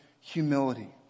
humility